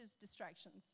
distractions